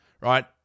Right